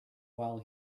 while